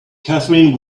catherine